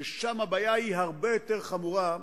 ששם הבעיה היא הרבה יותר חמורה,